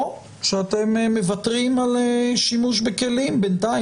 או שאתם מוותרים על שימוש בכלים בינתיים,